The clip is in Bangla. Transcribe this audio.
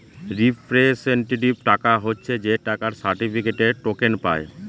রিপ্রেসেন্টেটিভ টাকা হচ্ছে যে টাকার সার্টিফিকেটে, টোকেন পায়